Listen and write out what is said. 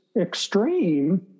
extreme